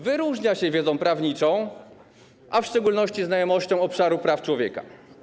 Wyróżnia się on wiedzą prawniczą, a w szczególności znajomością obszaru praw człowieka.